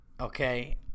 okay